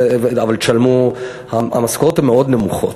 אבל המשכורות הן מאוד נמוכות.